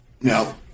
No